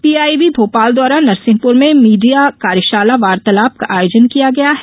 PIB Bhopal द्वारा नरसिंहपुर में media कार्यशाला वार्तालाप का आयोजन किया गया है